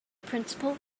principal